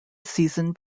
season